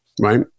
right